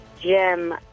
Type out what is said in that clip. Jim